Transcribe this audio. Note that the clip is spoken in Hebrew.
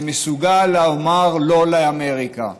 שמסוגל לומר לא לאמריקה,